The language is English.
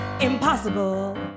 Impossible